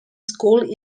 school